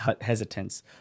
hesitance